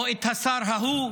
או את השר ההוא,